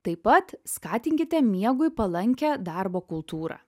taip pat skatinkite miegui palankią darbo kultūrą